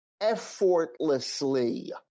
effortlessly